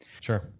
sure